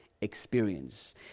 experience